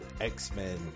X-Men